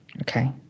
Okay